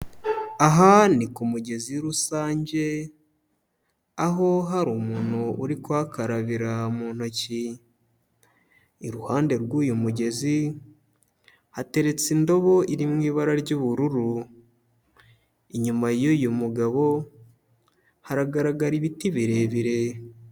Aha ni ku mugezi rusange aho hari umuntu uri kuhakarabira mu ntoki, iruhande rw'uyu mugezi hateretse indobo iri mu ibara ry'ubururu, inyuma y'uyu mugabo haragaragara ibiti birebire.